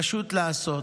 פשוט לעשות".